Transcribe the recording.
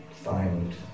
find